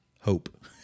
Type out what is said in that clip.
hope